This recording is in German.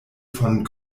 von